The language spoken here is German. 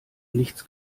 nichts